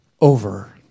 over